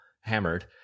hammered